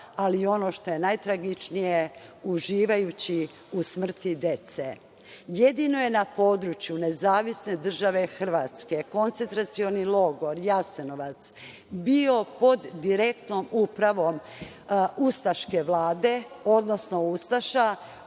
ali i ono što je najtragičnije, uživajući u smrti dece. Jedino je na području NDH koncentracioni logor Jasenovac bio pod direktnom upravom ustaške vlade, odnosno ustaša